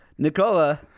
Nicola